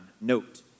Note